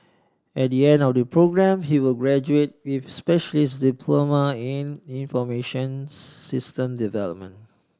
at the end of the programme he will graduate with a specialist diploma in information systems development